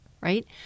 right